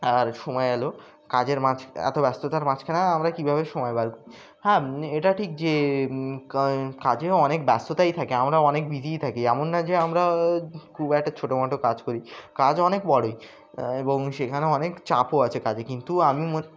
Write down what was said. আর সময় এলো কাজের মাঝ এতো ব্যস্ততার মাঝখানে আমরা কীভাবে সময় বার করি হ্যাঁ এটা ঠিক যে কাজেও অনেক ব্যস্ততাই থাকে আমরা অনেক বিজিই থাকি এমন না যে আমরা খুব একটা ছোটোমোটো কাজ করি কাজ অনেক বড়োই এবং সেখানে অনেক চাপও আছে কাজে কিন্তু আমি মনে